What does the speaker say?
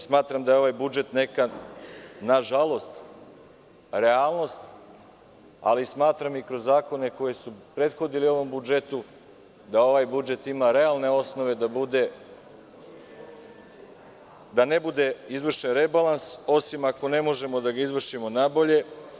Smatram da je ovaj budžet neka, na žalost, realnost, ali smatram i kroz zakone koji su prethodni ovom budžetu, da ovaj budžet ima realne osnove da ne bude izvršen rebalans, osim ako ne možemo da ga izvršimo na bolje.